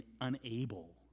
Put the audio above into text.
unable